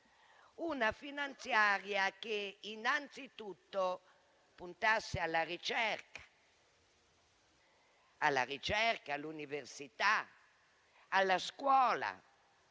di bilancio che innanzitutto puntasse alla ricerca, all'università, alla scuola,